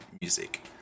music